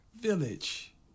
village